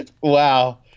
wow